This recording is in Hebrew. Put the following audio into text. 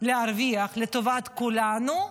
להרוויח לטובת כולנו,